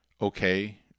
okay